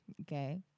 Okay